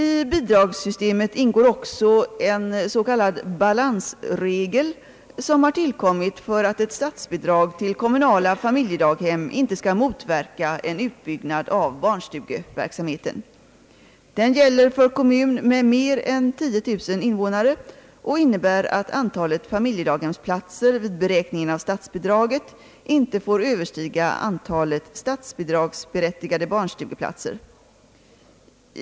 I bidragssystemet ingår också en s.k. balansregel som har tillkommit för att ett statsbidrag till kommunala familjedaghem inte skall motverka en utbyggnad av barnstugeverksamheten. Den gäller för kommun med mer än 10 000 invånare och innebär att antalet familjedaghemsplatser vid beräkningen av statsbidraget inte får överstiga antalet statsbidragsberättigade barnstugeplatser.